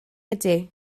ydy